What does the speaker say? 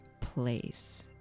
place